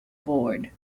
board